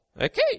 Okay